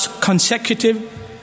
consecutive